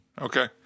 Okay